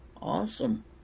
Awesome